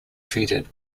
treated